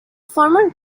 former